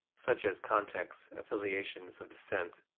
such as context, affiliations of descent,